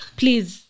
please